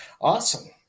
Awesome